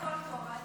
הכול טוב.